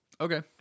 Okay